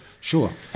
Sure